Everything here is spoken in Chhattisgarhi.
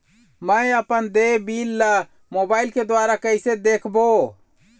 मैं अपन देय बिल ला मोबाइल के द्वारा कइसे देखबों?